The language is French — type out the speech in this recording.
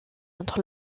entre